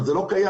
אבל זה לא קיים.